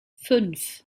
fünf